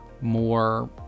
more